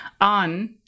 on